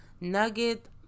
Nugget